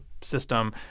system